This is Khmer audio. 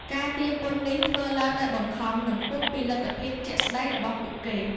ការទារពន្ធនេះធ្វើឡើងដោយបង្ខំ និងហួសពីលទ្ធភាពជាក់ស្តែងរបស់ពួកគេ។